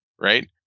right